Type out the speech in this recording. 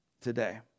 today